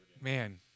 Man